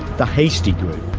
the hastie group,